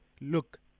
Look